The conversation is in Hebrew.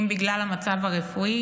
אם בגלל המצב הרפואי